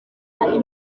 imbere